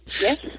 yes